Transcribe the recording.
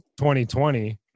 2020